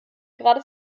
gerade